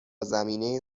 زمینه